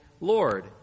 Lord